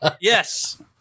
Yes